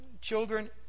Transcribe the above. children